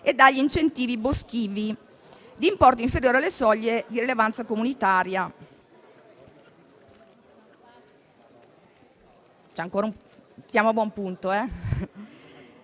e dagli incentivi boschivi di importo inferiore alle soglie di rilevanza comunitaria.